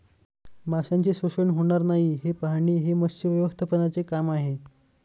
माशांचे शोषण होणार नाही हे पाहणे हे मत्स्य व्यवस्थापनाचे काम आहे